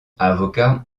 avocat